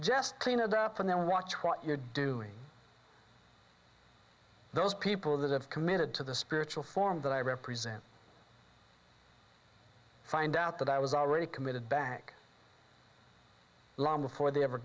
just clean it up on their watch what you're doing those people that have committed to the spiritual form that i represent find out that i was already committed back long before they ever